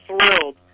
thrilled